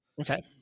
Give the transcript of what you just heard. Okay